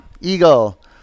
eagle